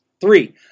Three